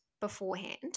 beforehand